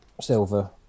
silver